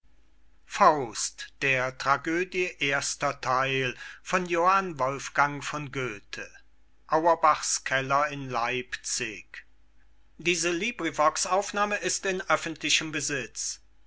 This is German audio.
sprechen der tragödie erster